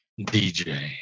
DJ